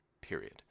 period